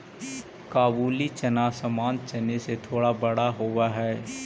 काबुली चना सामान्य चने से थोड़ा बड़ा होवअ हई